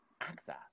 access